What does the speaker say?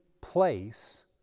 place